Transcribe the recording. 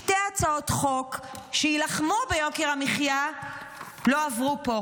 שתי הצעות חוק שיילחמו ביוקר המחיה לא עברו פה: